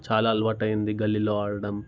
చాలా అలవాటు అయ్యింది గల్లీలో ఆడటం